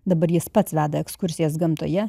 dabar jis pats veda ekskursijas gamtoje